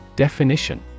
Definition